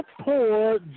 poor